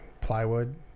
plywood